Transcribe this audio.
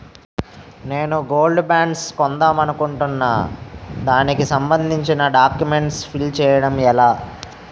నేను gold bonds కొందాం అనుకుంటున్నా దానికి సంబందించిన డాక్యుమెంట్స్ ఫిల్ చేయడం ఎలా?